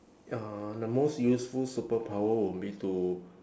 uh the most useful superpower will be to